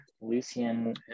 lucian